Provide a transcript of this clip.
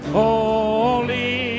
holy